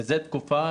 מזה תקופה,